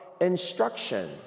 instruction